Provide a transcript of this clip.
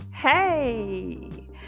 hey